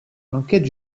l’enquête